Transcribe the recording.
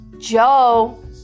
Joe